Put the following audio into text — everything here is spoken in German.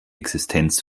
existenz